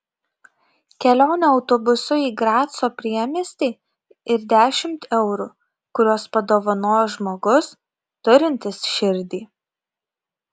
kelionė autobusu į graco priemiestį ir dešimt eurų kuriuos padovanojo žmogus turintis širdį